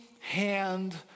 hand